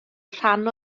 rhan